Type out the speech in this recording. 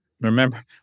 Remember